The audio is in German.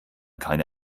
keine